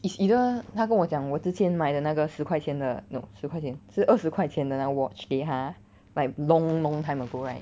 it's either 他跟我讲我之前买的那个十块钱的 no 十块钱十二十块钱的那个 watch 给他 like long long time ago right